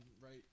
right